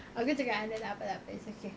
aku cakap dengan dia takpe takpe it's okay